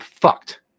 fucked